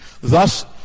Thus